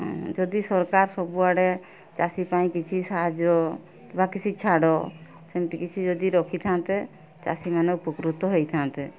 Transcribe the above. ଯଦି ସରକାର ସବୁଆଡ଼େ ଚାଷୀ ପାଇଁ କିଛି ସାହାଯ୍ୟ ବା କିଛି ଛାଡ଼ ସେମିତି କିଛି ଯଦି ରଖିଥାନ୍ତେ ଚାଷୀମାନେ ଉପକୃତ ହୋଇଥାନ୍ତେ